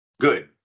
good